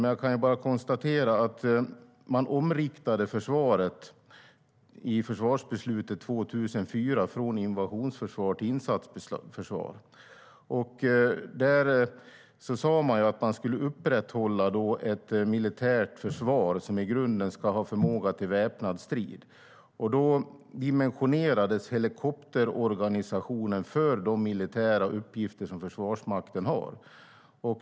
Men jag kan konstatera att man i försvarsbeslutet 2004 omriktade försvaret från invasionsförsvar till insatsförsvar. Där sade man att man skulle upprätthålla ett militärt försvar som i grunden ska ha förmåga till väpnad strid. Då dimensionerades helikopterorganisationen för de militära uppgifter som Försvarsmakten har.